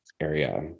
area